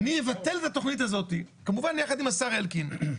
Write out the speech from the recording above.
אבטל את התכנית הזאת, כמובן יחד עם השר אלקין.